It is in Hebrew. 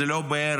זה לא "בערך",